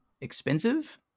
expensive